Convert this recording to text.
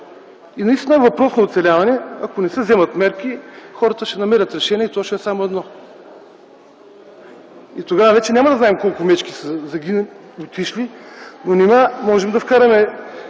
Това е въпрос на оцеляване. Ако не се вземат мерки, хората ще намерят решение и то ще е само едно. Тогава вече няма да знаем колко мечки са убити. Нима можем да вкараме